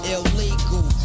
illegal